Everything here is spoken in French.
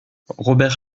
robert